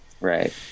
Right